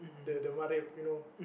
the the mat rep you know